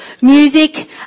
Music